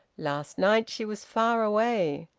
last night she was far away.